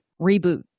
Reboot